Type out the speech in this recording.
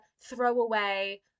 throwaway